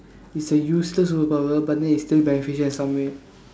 it's a useless superpower but then it's still beneficial in some way